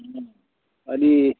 अनि